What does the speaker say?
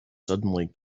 suddenly